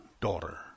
daughter